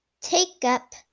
Take-up